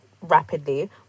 rapidly